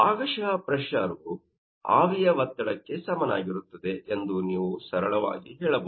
ಭಾಗಶಃ ಪ್ರೆಶರ್ ವು ಆವಿಯ ಒತ್ತಡಕ್ಕೆ ಸಮನಾಗಿರುತ್ತದೆ ಎಂದು ನೀವು ಸರಳವಾಗಿ ಹೇಳಬಹುದು